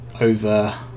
over